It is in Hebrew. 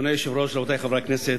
אדוני היושב-ראש, רבותי חברי הכנסת,